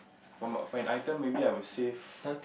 for for an item maybe I would save